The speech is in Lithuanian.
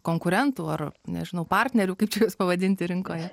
konkurentų ar nežinau partnerių kaip čia juos pavadinti rinkoje